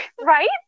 Right